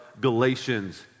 Galatians